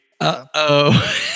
Uh-oh